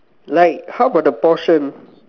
like how about the portion